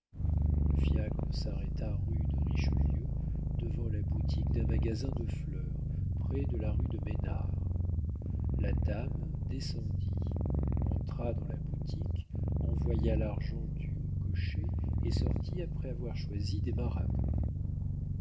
le fiacre s'arrêta rue de richelieu devant la boutique d'un magasin de fleurs près de la rue de ménars la dame descendit entra dans la boutique envoya l'argent dû au cocher et sortit après avoir choisi des marabouts